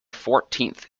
fourteenth